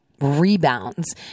rebounds